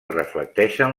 reflecteixen